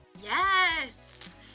yes